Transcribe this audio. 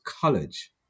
College